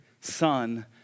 Son